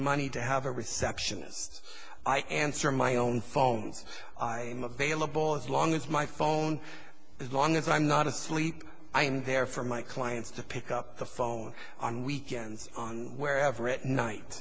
money to have a receptionist i answer my own phone bailable as long as my phone as long as i'm not asleep i'm there for my clients to pick up the phone on weekends wherever at night